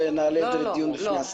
ונעלה את זה לדיון בפני השר.